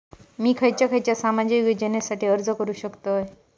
मी खयच्या खयच्या सामाजिक योजनेसाठी अर्ज करू शकतय?